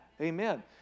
Amen